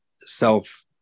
self